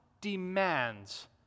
demands